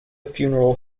funeral